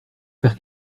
faire